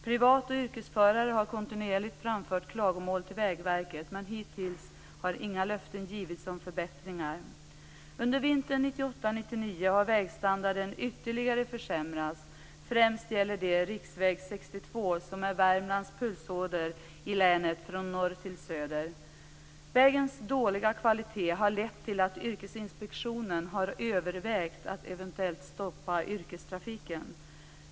Privat och yrkesförare har kontinuerligt framfört klagomål till Vägverket, men hittills har inga löften givits om förbättringar. Under vintern 1998/99 har vägstandarden ytterligare försämrats, och främst gäller det riksväg 62, som är Värmlands pulsåder i länet från norr till söder.